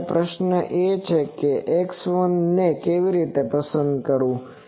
હવે પ્રશ્ન એ છે કે x1 ને કેવી રીતે પસંદ કરવું